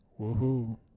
Woohoo